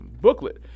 booklet